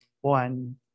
one